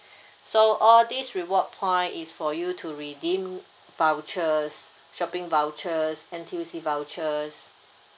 so all these reward point is for you to redeem vouchers shopping vouchers N_T_U_C vouchers